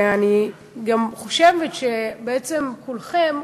ואני גם חושבת שבעצם כולכם,